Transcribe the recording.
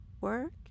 work